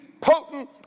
potent